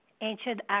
ancient